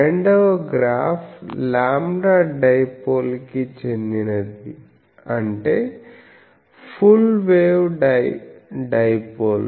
రెండవ graph λ dipole కి చెందినది అంటే ఫుల్ వేవ్ డైపోల్